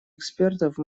экспертов